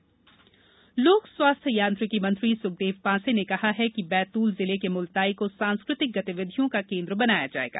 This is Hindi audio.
ताप्ति महोत्सव लोक स्वास्थ्य यांत्रिकी मंत्री सुखदेव पांसे ने कहा है कि बैतूल जिले के मुलताई को सांस्कृ तिक गतिविधियों का केन्द्र बनाया जायेगा